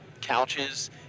couches